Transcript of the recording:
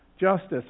justice